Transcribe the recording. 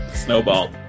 Snowball